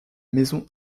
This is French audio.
maison